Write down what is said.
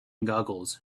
googles